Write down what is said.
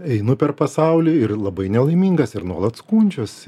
einu per pasaulį ir labai nelaimingas ir nuolat skundžiuosi